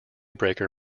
breaker